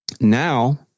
Now